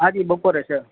આજી બપોરે છે